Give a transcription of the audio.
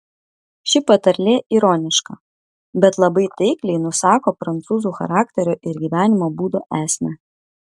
ši patarlė ironiška bet labai taikliai nusako prancūzų charakterio ir gyvenimo būdo esmę